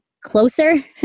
closer